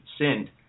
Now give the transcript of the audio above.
sinned